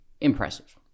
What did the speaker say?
impressive